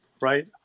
right